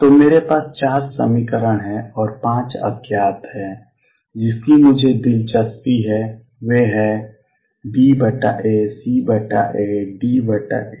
तो मेरे पास चार समीकरण हैं और पांच अज्ञात हैं जिनकी मुझे दिलचस्पी है वे हैं BA CA DA